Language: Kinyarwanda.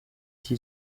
iki